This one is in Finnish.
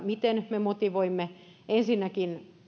miten me ensinnäkin motivoimme